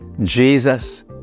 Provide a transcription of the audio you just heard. Jesus